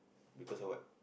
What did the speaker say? because of what